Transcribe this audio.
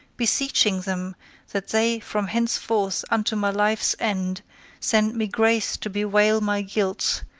beseeching them that they from henceforth unto my life's end send me grace to bewail my guilts,